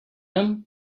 him